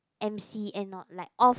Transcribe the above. M_C and not like off